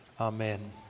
amen